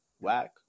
whack